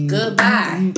Goodbye